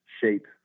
shape